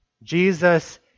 Jesus